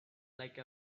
like